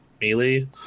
melee